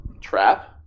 Trap